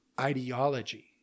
ideology